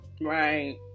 Right